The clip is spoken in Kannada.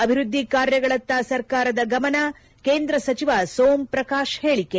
ಅಭಿವೃದ್ದಿ ಕಾರ್ಯಗಳತ್ತ ಸರ್ಕಾರದ ಗಮನ ಕೇಂದ್ರ ಸಚಿವ ಸೋಮ್ ಪ್ರಕಾಶ್ ಹೇಳಕೆ